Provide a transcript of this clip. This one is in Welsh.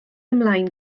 ymlaen